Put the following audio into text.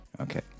Okay